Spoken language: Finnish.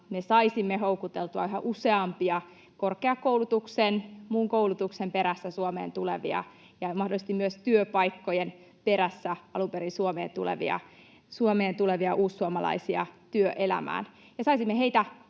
me saisimme houkuteltua yhä useampia korkeakoulutuksen ja muun koulutuksen perässä Suomeen tulevia ja mahdollisesti myös työpaikkojen perässä alun perin Suomeen tulevia uussuomalaisia työelämään ja saisimme heitä